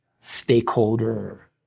stakeholder